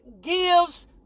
gives